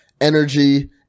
energy